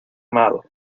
amado